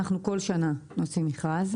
כל שנה אנחנו עושים מכרז.